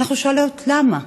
ואנחנו שואלות למה,